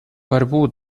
борьбу